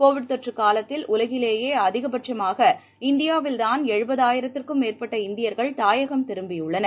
Covid தொற்று காலத்தில் உலகிலேயே அதிக பட்சமாக இந்தியாவில் தான் எழுபதாயிரத்திற்கும் மேற்பட்ட இந்தியர்கள் தாயகம் திரும்பியுள்ளனர்